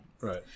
Right